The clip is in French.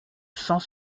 cent